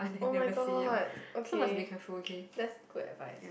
[oh]-my-god okay that's good advice